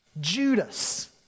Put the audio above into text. Judas